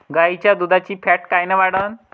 गाईच्या दुधाची फॅट कायन वाढन?